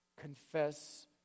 Confess